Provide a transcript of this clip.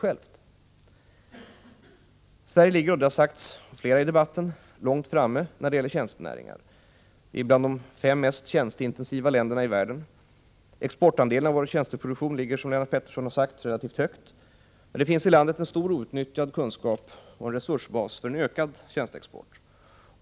Sverige ligger — vilket har sagts av flera i debatten — långt framme när det gäller tjänstenäringar. Sverige är bland de fem mest tjänsteintensiva länderna i världen. Exportandelen av tjänsteproduktionen ligger - som Lennart Pettersson har sagt — relativt högt, men det finns i landet en stor outnyttjad kunskap och resursbas för ökad tjänsteexport.